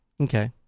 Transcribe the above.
Okay